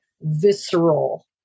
visceral